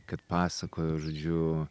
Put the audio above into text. kad pasakojo žodžiu